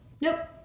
Nope